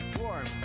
warm